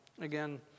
again